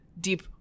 deep